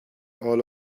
all